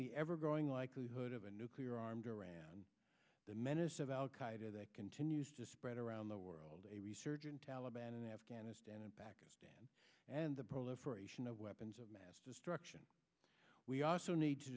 the ever growing likelihood of a nuclear armed iran and the menace of al qaeda that continues to spread around the world a resurgent taliban in afghanistan and pakistan and the proliferation of weapons of mass destruction we also need to